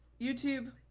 YouTube